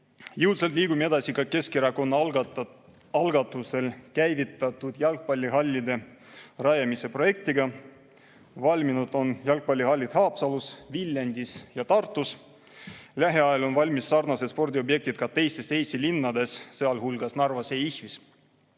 Jõudsalt liigume edasi ka Keskerakonna algatusel käivitatud jalgpallihallide rajamise projektiga. Valminud on jalgpallihallid Haapsalus, Viljandis ja Tartus. Lähiajal on valmimas sarnased spordiobjektid ka teistes Eesti linnades, sealhulgas Narvas